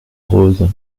rose